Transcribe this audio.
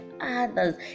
others